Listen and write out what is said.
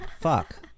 Fuck